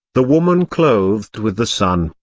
the woman clothed with the sun,